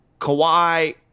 Kawhi